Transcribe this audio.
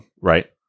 Right